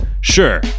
Sure